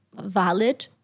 valid